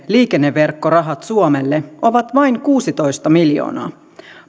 liikenneverkkorahat suomelle ovat vain kuusitoista miljoonaa